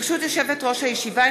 ברשות יושבת-ראש הישיבה,